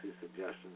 suggestions